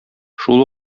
шул